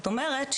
זאת אומרת,